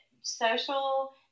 social